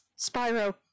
Spyro